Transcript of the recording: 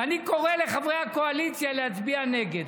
ואני קורא לחברי הקואליציה להצביע נגד.